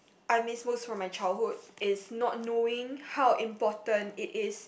I miss most from my childhood is not knowing how important it is